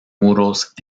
muros